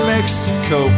Mexico